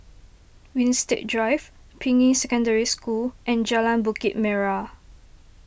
Winstedt Drive Ping Yi Secondary School and Jalan Bukit Merah